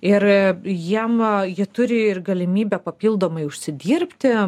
ir jiem jie turi ir galimybę papildomai užsidirbti